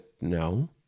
no